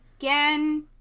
Again